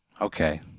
Okay